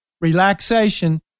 relaxation